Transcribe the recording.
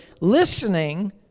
listening